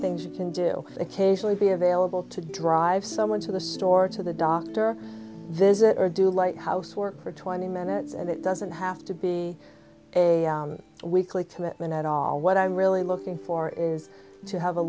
things you can do occasionally be available to drive someone to the store to the doctor visit or do light housework for twenty minutes and it doesn't have to be a weekly to win at all what i'm really looking for is to have a